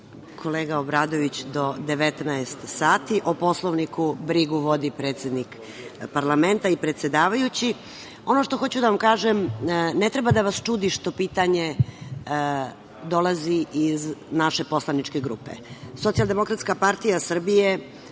kolega Obradović, do 19.00 o Poslovniku brigu vodi predsednik parlamenta i predsedavajući. Ono što hoću da vam kažem, ne treba da vas čudi što pitanje dolazi iz naše poslaničke grupe.